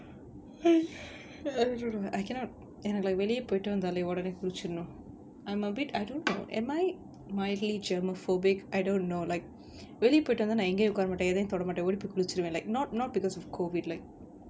I don't know I cannot and I like really எனக்கு வெளிய போய்ட்டு வந்தாலே ஒடனே குளுச்சிறனு:enakku veliya poittu vanthaalae odanae kuluchiranu I'm a bit I don't know am I mildly germophobic I don't know like really வெளிய போயிட்டு வந்தா நா எங்கயும் உக்கார மாட்டேன் எதையும் தொட மாட்டேன் ஓடி போய் குளிச்சுருவேன்:veliya poittu vantha naa engayum ukkaara maataen ethaiyum thoda mattaen odi poi kulichuruven like not not because of COVID like